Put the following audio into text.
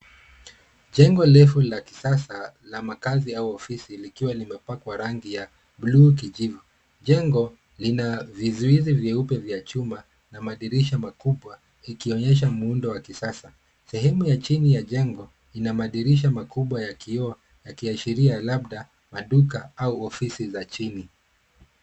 Jengo refu la kisasa la makazi au ofisi, likiwa limepakwa rangi ya bluu kijivu. Jengo lina vizuizi vyeupe vya chuma na madirisha makubwa, ikionyesha muundo wa kisasa. Sehemu ya chini ya jengo ina madirisha makubwa ya kioo, yakiashiria labda maduka au ofisi za chini.